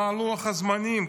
מה לוח הזמנים?